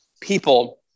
people